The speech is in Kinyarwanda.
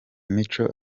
mico